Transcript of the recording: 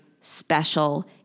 special